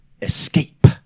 Escape